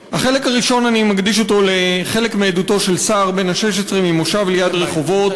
אני מקדיש אותו לחלק מעדותו של סער בן ה-16 ממושב ליד רחובות.